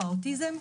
האוטיזם,